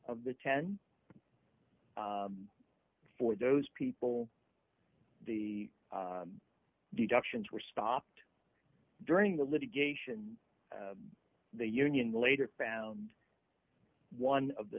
of the ten for those people the deductions were stopped during the litigation the union later found one of the